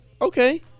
Okay